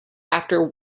after